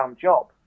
job